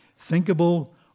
thinkable